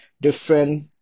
different